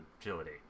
agility